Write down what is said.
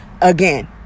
again